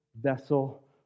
vessel